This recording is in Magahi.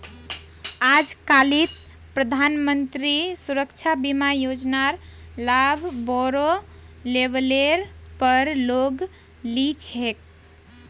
आजकालित प्रधानमंत्री सुरक्षा बीमा योजनार लाभ बोरो लेवलेर पर लोग ली छेक